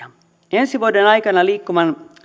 ensi vuoden aikana liikkuvan